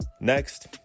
Next